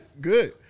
Good